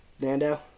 Nando